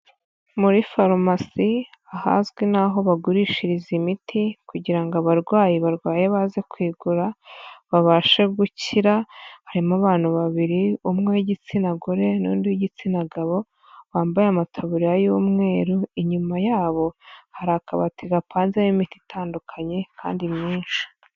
Muri farumasi ahazwi n'aho bagurishiriza imiti kugira ngo abarwayi barwaye baze kuyigura, babashe gukira, harimo abantu babiri, umwe w'igitsina gore n'undi w'igitsina gabo, wambaye amataburiya y'umweru, inyuma yabo hari akabati gapanzemo imiti itandukanye kandi myinshi.